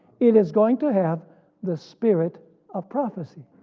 it is going to have the spirit of prophecy,